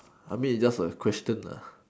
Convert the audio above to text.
I mean it just a question lah